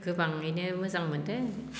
गोबाङैनो मोजां मोन्दो